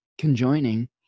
conjoining